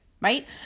right